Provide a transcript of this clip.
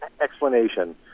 explanation